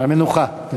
המנוחה.